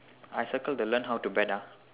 I circle the learn how to bet ah